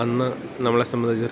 അന്ന് നമ്മളേ സംബന്ധിച്ചിടത്തോളം